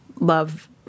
love